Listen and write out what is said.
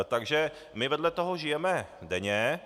Takže my vedle toho žijeme denně.